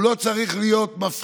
הוא לא צריך להיות מפחיד,